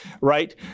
right